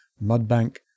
mudbank